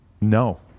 no